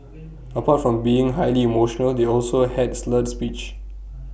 apart from being highly emotional they also had slurred speech